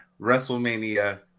WrestleMania